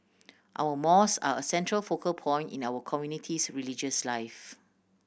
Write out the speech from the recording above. our mos are a central focal point in our community's religious life